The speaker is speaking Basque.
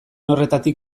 horretatik